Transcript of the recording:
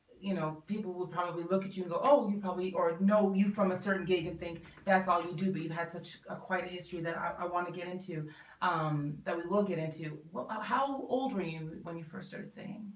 you know people would probably look at you and know you probably or know you from a certain gig and think that's all you do babe had such a quite history that i want to get into um that we will get into well how old were you when you first started singing